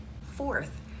Fourth